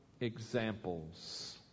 examples